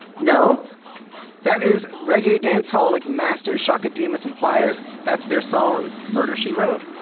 no that is reggae dancehall like masters chaka demus and pliers. that's their song murder she wrote.